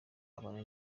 abane